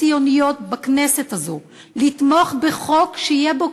הציוניות בכנסת הזאת לתמוך בחוק שיהיה בו,